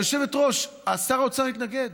היושבת-ראש, שר האוצר התנגד,